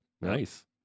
Nice